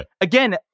again